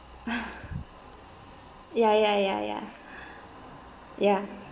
ya ya ya ya ya